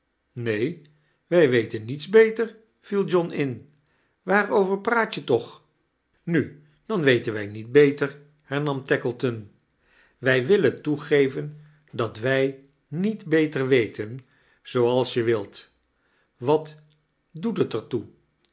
neen wij weten aiets beter viel joha in waarover praat je toch nu dan weten wij niet beter hernam tackleton wij willea toegevea dat wij niet beter weten zooals je wilt wat doet het er toe